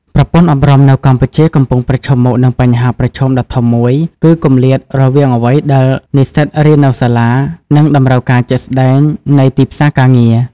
ប្រព័ន្ធអប់រំនៅកម្ពុជាកំពុងប្រឈមមុខនឹងបញ្ហាប្រឈមដ៏ធំមួយ គឺ គម្លាតរវាងអ្វីដែលនិស្សិតរៀននៅសាលា និងតម្រូវការជាក់ស្តែងនៃទីផ្សារការងារ។